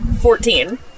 fourteen